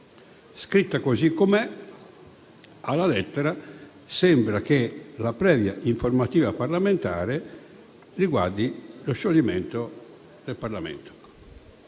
Scritta così com'è, alla lettera, sembra che la previa informativa parlamentare riguardi lo scioglimento del Parlamento